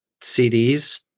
CDs